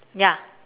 ya